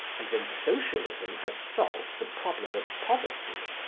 and when socialism has solved the problem of poverty,